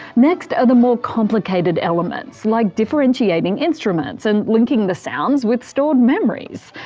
next are the more complicated elements, like differentiating instruments and linking the sounds with stored memories.